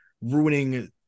ruining